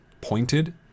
pointed